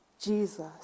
Jesus